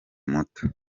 muto